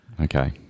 Okay